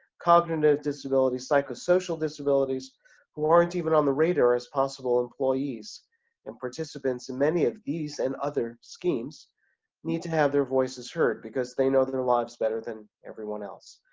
cognitive disability, psychosocial disabilities who aren't even on the radar as possible employees and participants and many of these and other schemes need to have their voices heard because they know their lives better than everyone else.